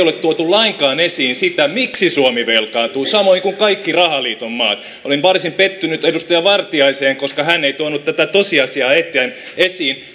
ole tuotu lainkaan esiin sitä miksi suomi velkaantuu samoin kuin kaikki rahaliiton maat olen varsin pettynyt edustaja vartiaiseen koska hän ei tuonut tätä tosiasiaa esiin